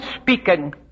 speaking